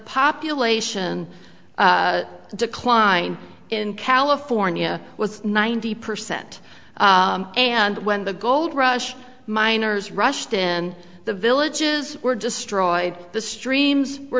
population decline in california was ninety percent and when the gold rush miners rushed in the villages were destroyed the streams were